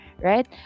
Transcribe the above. right